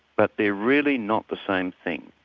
but they're really not the same thing.